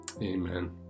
amen